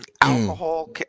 Alcohol